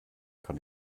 kann